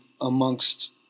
amongst